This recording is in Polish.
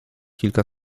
kilka